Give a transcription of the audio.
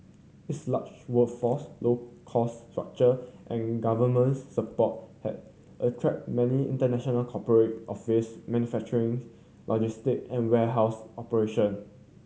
its large workforce low cost structure and government support has attracted many international corporate office manufacturing logistic and warehouse operation